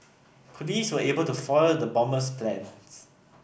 police were able to foil the bomber's plans